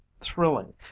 thrilling